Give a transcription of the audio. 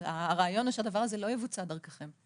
הרעיון הוא שהדבר הזה לא יבוצע דרככם,